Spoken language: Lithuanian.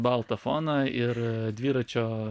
baltą foną ir dviračio